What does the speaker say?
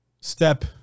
step